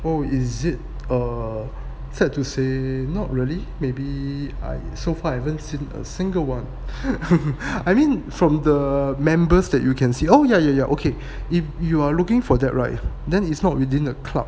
oh is it err sad to say not really maybe I so far I haven't seen a single one I mean from the members that you can see oh ya ya ya okay if you are looking for that right then it's not within a club